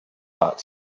hot